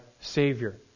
Savior